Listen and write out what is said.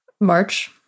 March